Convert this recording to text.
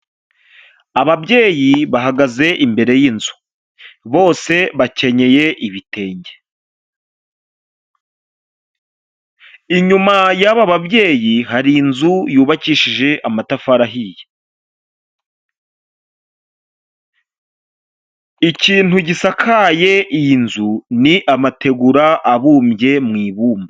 Ababyeyi bahagaze imbere y'inzu, bose bakenyeye ibitenge, inyuma y'aba babyeyi hari inzu yubakishije amatafari ahiye, ikintu gisakaye iyi nzu, ni amategura abumbye mu ibumba.